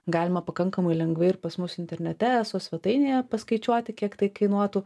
galima pakankamai lengvai ir pas mus internete eso svetainėje paskaičiuoti kiek tai kainuotų